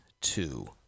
two